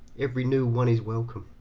every new one is welcome.